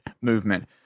movement